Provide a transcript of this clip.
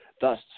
thus